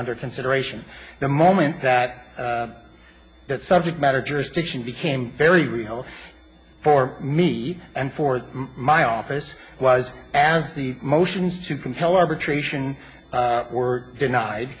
under consideration the moment that that subject matter jurisdiction became very real for me and for my office was as the motions to compel arbitration were denied